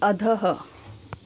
अधः